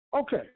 Okay